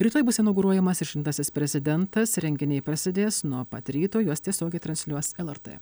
rytoj bus inauguruojamas išrinktasis prezidentas renginiai prasidės nuo pat ryto juos tiesiogiai transliuos lrt